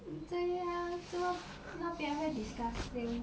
这样怎么那边会 disgusting